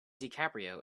dicaprio